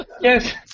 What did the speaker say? Yes